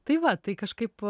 tai va tai kažkaip